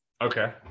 Okay